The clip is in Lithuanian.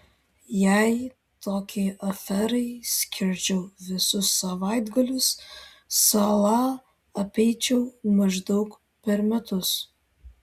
jei tokiai aferai skirčiau visus savaitgalius salą apeičiau maždaug per metus